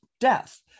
death